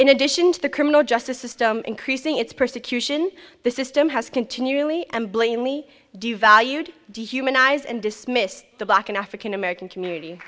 in addition to the criminal justice system increasing its persecution the system has continually and blame me devalued dehumanize and dismiss the black and african american community